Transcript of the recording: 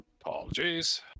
Apologies